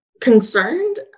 concerned